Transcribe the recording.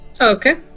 Okay